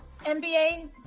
NBA